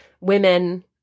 women